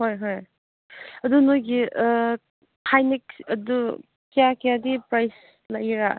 ꯍꯣꯏ ꯍꯣꯏ ꯑꯗꯨ ꯅꯈꯣꯏꯒꯤ ꯍꯥꯏ ꯅꯦꯛ ꯑꯗꯨ ꯀꯌꯥ ꯀꯌꯥꯗꯤ ꯄ꯭ꯔꯥꯏꯁ ꯂꯩꯒꯦꯔꯥ